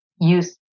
use